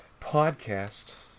Podcast